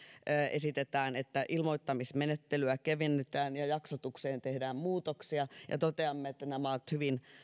esitetään että ilmoittamismenettelyä kevennetään ja jaksotukseen tehdään muutoksia ja toteamme että nämä ovat